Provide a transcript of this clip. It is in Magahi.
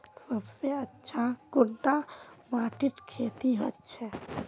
सबसे अच्छा कुंडा माटित खेती होचे?